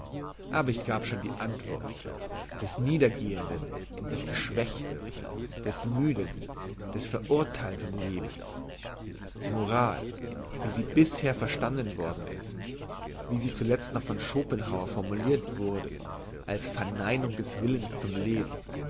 aber ich gab schon die antwort des niedergehenden des geschwächten des müden des verurtheilten lebens moral wie sie bisher verstanden worden ist wie sie zuletzt noch von schopenhauer formulirt wurde als verneinung des willens zum leben